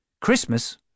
Christmas